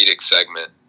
segment